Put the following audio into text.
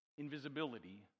Invisibility